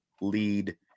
lead